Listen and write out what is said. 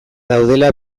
daudela